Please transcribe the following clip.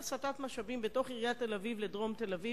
הסטת משאבים בתוך עיריית תל-אביב לדרום תל-אביב,